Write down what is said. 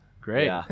great